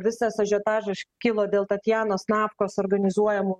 visas ažiotaža kilo dėl tatjanos napkos organizuojamų